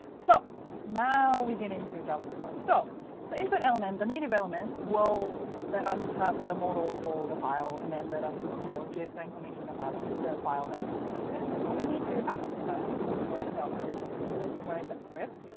so now we get into the javascript part. so the input element, the native element, will let us have the model for the file and then let us you know give the information about the file that we selected. but we need to access that. and we need to write a javascript for it. so let's write a script.